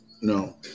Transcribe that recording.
no